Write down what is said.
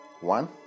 one